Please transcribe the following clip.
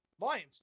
Lions